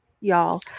y'all